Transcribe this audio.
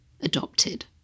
adopted